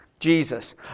Jesus